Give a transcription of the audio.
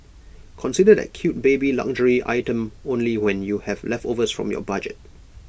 consider that cute baby luxury item only when you have leftovers from your budget